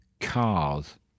Cars